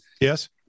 Yes